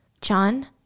John